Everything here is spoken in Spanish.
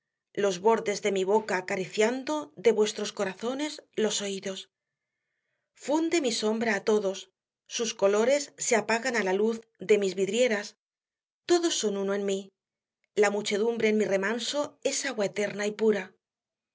los bordes de mi boca acariciando de vuestros corazones los oídos funde mi sombra á todos sus colores se apagan á la luz de mis vidrieras todos son uno en mí la muchedumbre en mi remanso es agua eterna y pura